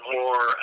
more